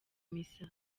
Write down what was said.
misa